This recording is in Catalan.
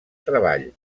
treball